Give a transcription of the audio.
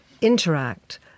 interact